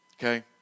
Okay